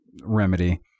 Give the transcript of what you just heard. remedy